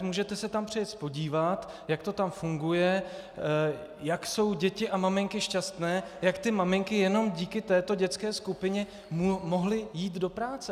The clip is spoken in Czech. Můžete se tam přijet podívat, jak to tam funguje, jak jsou děti a maminky šťastné, jak ty maminky jenom díky této dětské skupině mohly jít do práce.